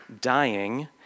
dying